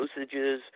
dosages